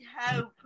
hope